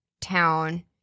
town